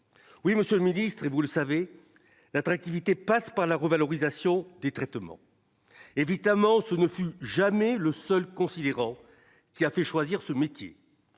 oui, monsieur le ministre, et vous le savez l'attractivité passe par la revalorisation des traitements, évidemment, ce ne fut jamais le seul considérant qu'il a fait choisir ce métier,